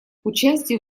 участию